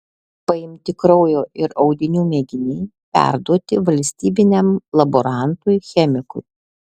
paimti kraujo ir audinių mėginiai perduoti valstybiniam laborantui chemikui